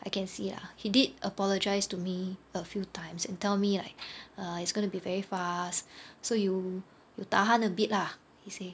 I can see lah he did apologise to me a few times and tell me like uh it's gonna be very fast so you you tahan a bit lah he say